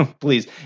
please